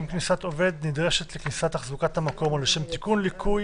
אם כניסת עובד נדרשת לשם תחזוקת המקום או לשם תיקון ליקוי